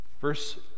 Verse